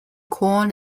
corn